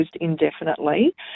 indefinitely